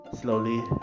slowly